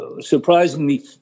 surprisingly